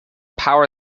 power